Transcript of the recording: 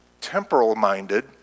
temporal-minded